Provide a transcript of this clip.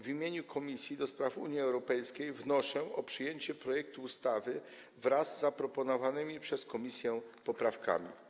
W imieniu Komisji do Spraw Unii Europejskiej wnoszę o przyjęcie projektu ustawy wraz zaproponowanymi przez komisję poprawkami.